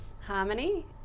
Harmony